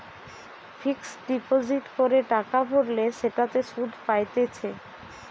fixed deposit করে টাকা ভরলে সেটাতে সুধ পাইতেছে